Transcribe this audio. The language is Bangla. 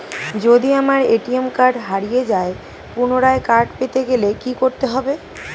যদি আমার এ.টি.এম কার্ড হারিয়ে যায় পুনরায় কার্ড পেতে গেলে কি করতে হবে?